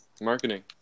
Marketing